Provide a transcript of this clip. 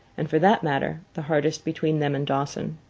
and for that matter, the hardest between them and dawson.